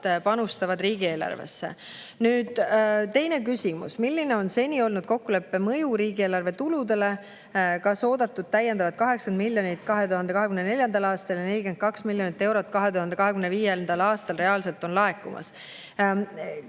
panustavad. Nüüd teine küsimus: "Milline on seni olnud kokkuleppe mõju riigieelarve tuludele? Kas oodatud täiendavad 80 miljonit 2024. aastal ja 42 miljonit eurot 2025. aastal on reaalselt laekumas?"